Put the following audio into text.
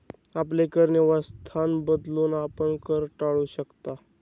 आपले कर निवासस्थान बदलून, आपण कर टाळू शकता